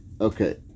okay